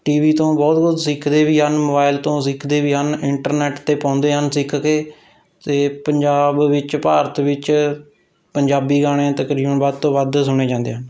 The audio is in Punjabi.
ਟੀ ਵੀ ਤੋਂ ਬਹੁਤ ਕੁਝ ਸਿੱਖਦੇ ਵੀ ਹਨ ਮੋਬਾਇਲ ਤੋਂ ਸਿੱਖਦੇ ਵੀ ਹਨ ਇੰਟਰਨੈੱਟ 'ਤੇ ਪਾਉਂਦੇ ਹਨ ਸਿੱਖ ਕੇ ਅਤੇ ਪੰਜਾਬ ਵਿੱਚ ਭਾਰਤ ਵਿੱਚ ਪੰਜਾਬੀ ਗਾਣੇ ਤਕਰੀਬਨ ਵੱਧ ਤੋਂ ਵੱਧ ਸੁਣੇ ਜਾਂਦੇ ਹਨ